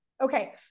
Okay